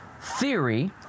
theory